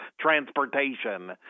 Transportation